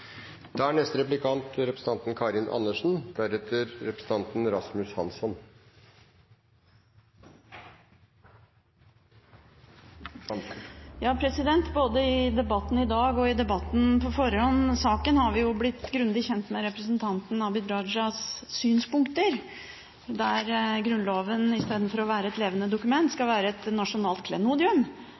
neste storting. Både i debatten i dag og i debatten på forhånd om saken har vi blitt grundig kjent med representanten Abid Q. Rajas synspunkter, der Grunnloven istedenfor å være et levende dokument skal være et nasjonalt klenodium,